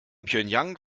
pjöngjang